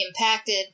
impacted